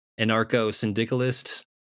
anarcho-syndicalist